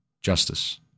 justice